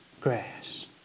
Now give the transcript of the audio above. grass